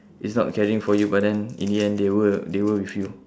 is not caring for you but then in the end they were they were with you